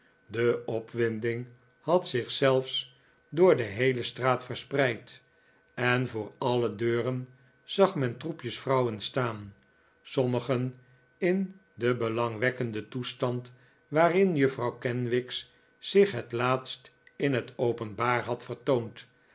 de opwinding had zich zelfs door de heele straat verspreid en voor alle deuren zag men troepjes vrouwen staan sommigen in den belangwekkenden toestand waarin juffrouw kenwigs zich het laatst in het openbaar had vertoond